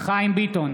חיים ביטון,